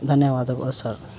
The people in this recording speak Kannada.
ಧನ್ಯವಾದಗಳು ಸರ್